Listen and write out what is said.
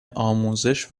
آموزش